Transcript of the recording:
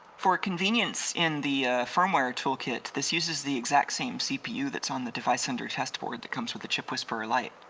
for convenience in the firmware toolkit this uses the exact same cpu that's on the device under test board that comes with the chipwhisperer light.